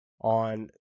on